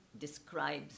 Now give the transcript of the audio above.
describes